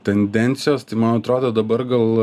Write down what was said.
tendencijos tai man atrodo dabar gal